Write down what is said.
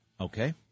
Okay